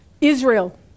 Israel